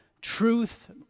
truth